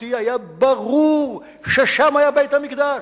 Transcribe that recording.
התרבותי היה ברור ששם היה בית-המקדש.